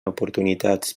oportunitats